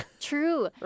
true